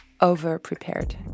over-prepared